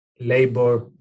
labor